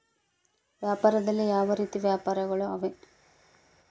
ವ್ಯಾಪಾರದಲ್ಲಿ ಯಾವ ರೇತಿ ವ್ಯಾಪಾರಗಳು ಅವರಿ?